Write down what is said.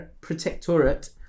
protectorate